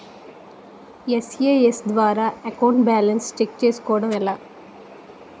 SMS ద్వారా account balance check చేసుకోవటం ఎలా?